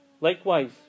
likewise